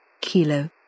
Kilo